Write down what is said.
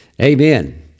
Amen